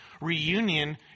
reunion